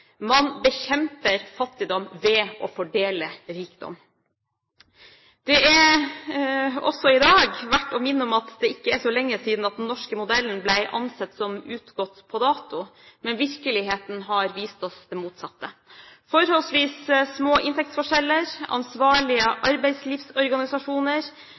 Man bekjemper fattigdom ved å fordele rikdom. Det er også i dag verdt å minne om at det ikke er så lenge siden den norske modellen ble ansett som utgått på dato, men virkeligheten har vist oss det motsatte. Forholdsvis små inntektsforskjeller, ansvarlige